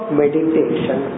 meditation